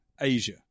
Asia